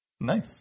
Nice